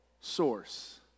source